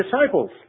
disciples